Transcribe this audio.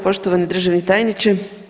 Poštovani državni tajniče.